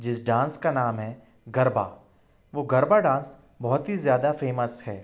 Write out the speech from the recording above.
जिस डांस का नाम है गरबा वो गरबा डांस बहुत ही ज़्यादा फेमस है